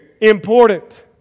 Important